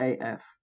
AF